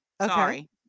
Sorry